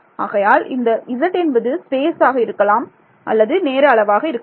ஆகையால் இந்த z என்பது ஸ்பேஸ் ஆக இருக்கலாம் அல்லது நேர அளவாக இருக்கலாம்